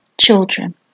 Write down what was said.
children